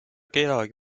kedagi